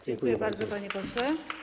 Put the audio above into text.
Dziękuję bardzo, panie pośle.